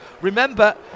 Remember